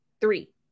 Three